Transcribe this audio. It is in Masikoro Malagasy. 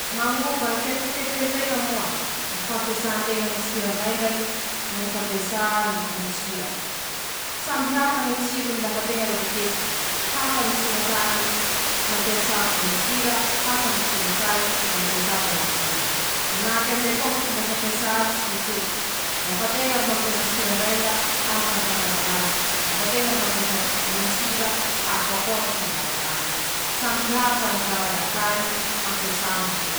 Fomba tena soa, hatao aminy ñy fitonotonoa hena: Ñy fampiasà hena soa kalitao,<ptoa> manahaky anizay koa ñy fampiasan-teña ñy tavy noho ñy ron-kena ;<ptoa>eo avao koa ñy fampiasan-teña ñy fitaova mahery noho soa fa natoka aminy ñy fitonoa hena.